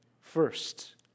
first